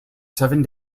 seven